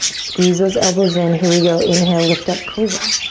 squeeze those elbows in. here we go. inhale, lift up cobra.